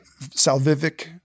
salvific